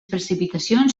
precipitacions